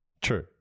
true